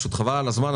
פשוט חבל על הזמן.